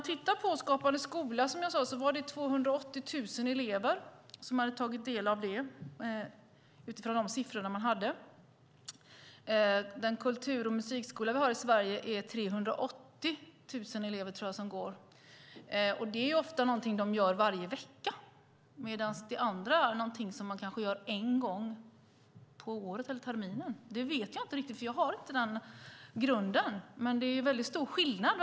Utifrån de siffror som fanns var det 280 000 elever som hade tagit del av Skapande skola. I den musik och kulturskola som vi har är det omkring 380 000 elever som går. Det är ofta någonting som de gör varje vecka, medan det andra är någonting som man gör en gång per termin eller per år. Jag vet inte riktigt hur det är. Men det är mycket stor skillnad.